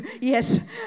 yes